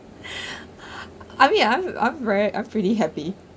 I mean I'm I'm very I'm pretty happy